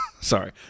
sorry